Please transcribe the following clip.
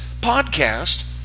podcast